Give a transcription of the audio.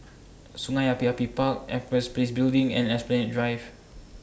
Sungei Api Api Park Empress Place Building and Esplanade Drive